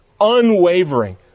unwavering